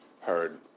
heard